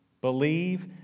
Believe